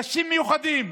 אנשים מיוחדים,